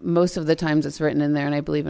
most of the times it's written in there and i believe